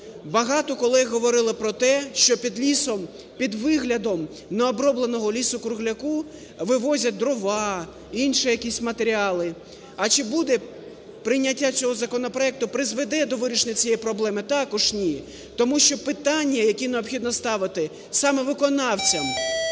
Багато колег говорили про те, що під лісом... під виглядом необробленого лісу-кругляка вивозять дрова, інші якісь матеріали. А чи буде прийняття цього законопроекту, призведе до вирішення цієї проблеми? Також ні, тому що питання, які необхідно ставити, саме виконавцям,